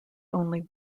only